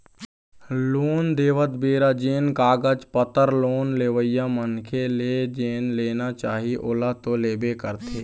loan देवत बेरा जेन कागज पतर लोन लेवइया मनखे ले जेन लेना चाही ओला तो लेबे करथे